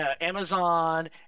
Amazon